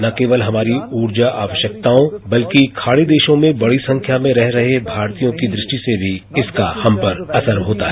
न केवल हमारी ऊर्जा आवश्यकताओं बल्कि खाड़ी देशों में बड़ी संख्या में रह रहें भारतीयों की दृष्टि से भी इसका हम पर असर होता है